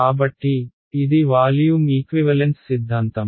కాబట్టి ఇది volume equivalence సిద్ధాంతం